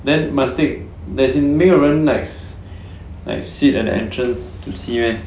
then must take as in 没有人 like like sit and entrance to see meh